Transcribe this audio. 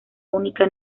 única